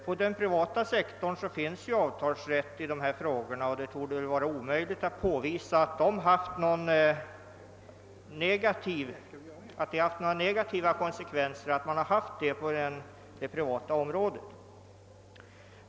Sådan rätt har man redan på den privata sektorn, och det forde vara omöjligt att påvisa några negativa konsekvenser av det.